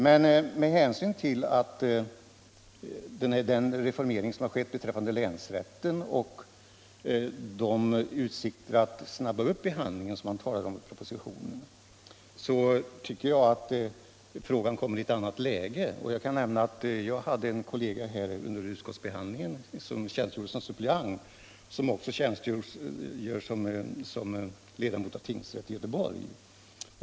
Men med hänsyn till den reformering som har skett beträffande länsrätten och de utsikter att skynda på handläggningen som man talar om i propositionen tycker jag att frågan kommer i ett annat läge. Jag kan nämna att jag har en kollega som var suppleant under utskottsbehandlingen och som också tjänstgör som ledamot i tingsrätt i Göteborg.